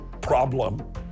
problem